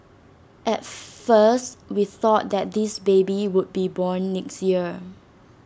at first we thought that this baby would be born next year